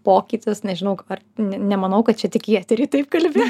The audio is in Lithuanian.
pokytis nežinau ar nemanau kad čia tik į eterį taip kalbi